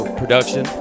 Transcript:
production